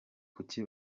kuki